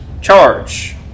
charge